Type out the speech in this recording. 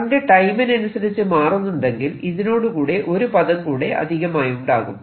current ടൈമിനനുസരിച്ച് മാറുന്നുണ്ടെങ്കിൽ ഇതിനോടുകൂടെ ഒരു പദം കൂടെ അധികമായുണ്ടാകും